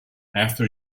after